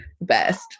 best